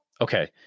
Okay